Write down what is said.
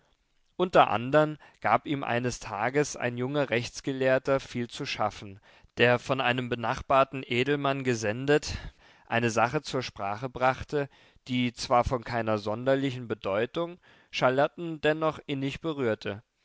unter andern gab ihm eines tages ein junger rechtsgelehrter viel zu schaffen der von einem benachbarten edelmann gesendet eine sache zur sprache brachte die zwar von keiner sonderlichen bedeutung charlotten dennoch innig berührte